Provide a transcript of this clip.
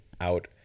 out